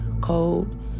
cold